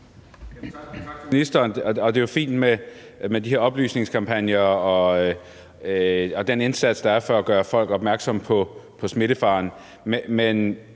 Tak til ministeren. Og det er jo fint med de her oplysningskampagner og den indsats, der er for at gøre folk opmærksomme på smittefaren.